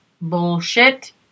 bullshit